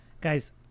Guys